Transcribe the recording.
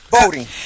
voting